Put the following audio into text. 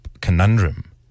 conundrum